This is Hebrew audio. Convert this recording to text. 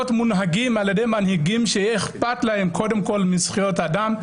מונהגים על ידי מנהיגים שיהיה אכפת להם קודם כל מזכויות האדם,